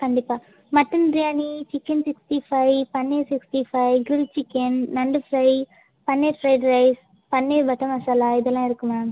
கண்டிப்பாக mutton biryani chicken sixty five paneer sixty five grill chicken நண்டு fry paneer fried rice paneer butter masala இதெல்லாம் இருக்கு மேம்